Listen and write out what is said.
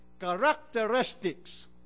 characteristics